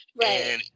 Right